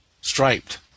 Striped